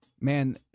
Man